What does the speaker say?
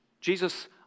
Jesus